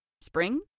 Spring